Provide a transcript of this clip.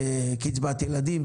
קצבת ילדים,